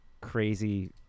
crazy